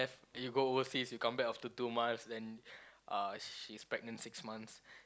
you go overseas you come back after two months then uh she's pregnant six months